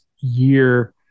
year